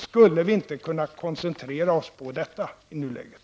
Skulle vi inte kunna koncentrera oss på detta i nuläget?